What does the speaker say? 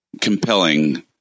compelling